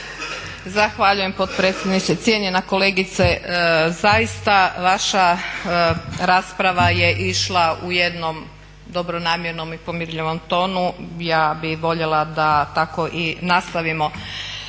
Zahvaljujem potpredsjedniče. Cijenjena kolegice, zaista vaša rasprava je išla u jednom dobronamjernom i pomirljivom tonu. Ja bih voljela da tako i nastavimo.